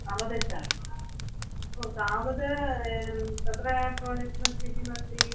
नवदश ओ तावत् तत्र प्राजेक्ट्मध्ये किमस्ति